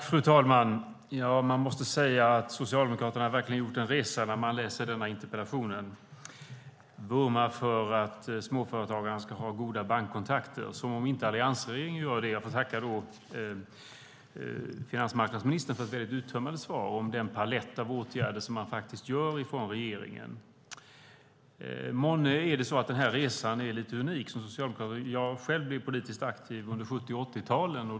Fru talman! När jag läser denna interpellation måste jag säga att Socialdemokraterna verkligen har gjort en resa. De vurmar för att småföretagarna ska ha goda bankkontakter, som om inte alliansregeringen gör det. Jag får tacka finansmarknadsministern för ett mycket uttömmande svar om den palett av åtgärder som regeringen faktiskt vidtar. Månne är den resa som Socialdemokraterna gör lite unik. Jag blev politiskt aktiv under 70 och 80-talen.